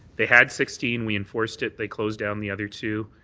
they had sixteen. we enforced it. they closed down the other two.